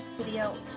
Video